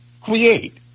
create